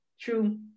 true